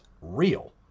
real